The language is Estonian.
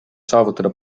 saavutada